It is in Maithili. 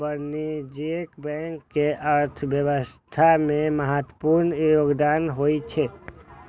वाणिज्यिक बैंक के अर्थव्यवस्था मे महत्वपूर्ण योगदान होइ छै